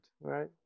right